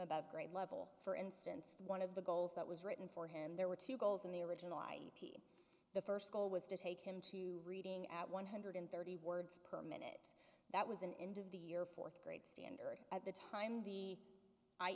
about grade level for instance one of the goals that was written for him there were two goals in the original i the first goal was to take him to reading at one hundred thirty words perms that was an end of the year fourth grade and early at the time the i